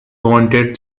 wanted